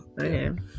Okay